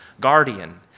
guardian